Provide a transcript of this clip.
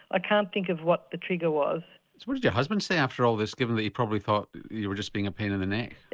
ah can't think of what the trigger was what did your husband say after all this given that he probably thought you were just being a pain in the neck?